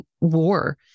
war